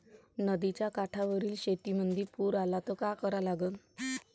नदीच्या काठावरील शेतीमंदी पूर आला त का करा लागन?